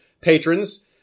patrons